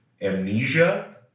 amnesia